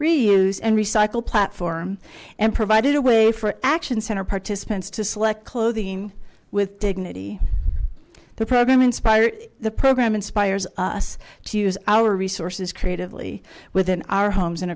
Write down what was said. reuse and recycle platform and provided a way for action center participants to select clothing with dignity the program inspired the program inspires us to use our resources creatively within our homes and